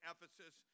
Ephesus